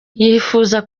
yifuza